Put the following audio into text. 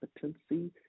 competency